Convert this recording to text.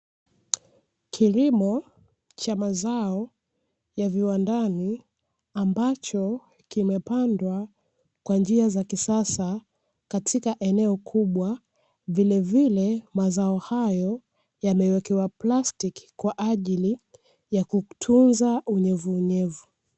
Kilimo cha mazao ya viwandani ambacho kimepandwa kwa njia za kisasa katika eneo kubwa, vilevile mazao hayo yamewekewa plastiki kwaajili ya kutunza unyevuunyevu.